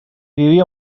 vivia